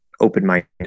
open-minded